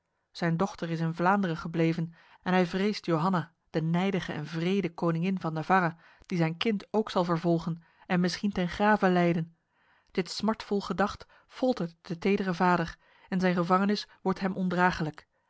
zijn dochter is in vlaanderen gebleven en hij vreest johanna de nijdige en wrede koningin van navarra die zijn kind ook zal vervolgen en misschien ten grave leiden dit smartvol gedacht foltert de tedere vader en zijn gevangenis wordt hem ondragelijk